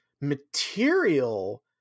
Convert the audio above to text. material